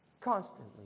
constantly